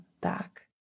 back